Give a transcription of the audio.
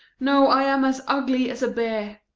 no, i am as ugly as a bear,